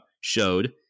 showed